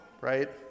right